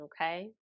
Okay